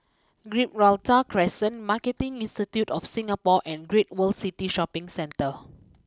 Gibraltar Crescent Marketing Institute of Singapore and Great World City Shopping Centre